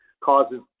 causes